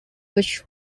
which